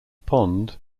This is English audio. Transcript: pond